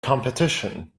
competition